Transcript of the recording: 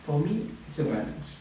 for me it's a balance